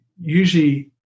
usually